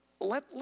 let